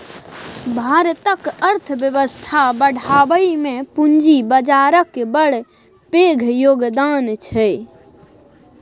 भारतक अर्थबेबस्था बढ़ाबइ मे पूंजी बजारक बड़ पैघ योगदान छै